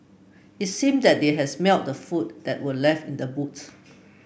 it seemed that they had smelt the food that were left in the boot